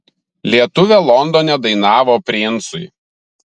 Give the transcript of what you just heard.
lietuvė londone dainavo princui